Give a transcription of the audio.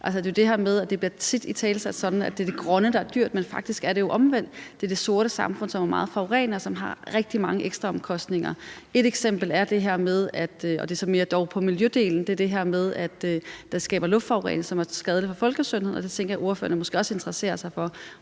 det er det grønne, der er dyrt, men faktisk er det jo omvendt; det er det sorte samfund, som forurener meget, og som har rigtig mange ekstraomkostninger. Et eksempel er det her med – det er så dog mere i forhold til miljødelen – at det skaber luftforurening, som er skadelig for folkesundheden, og det tænker jeg måske at ordføreren også interesserer sig for.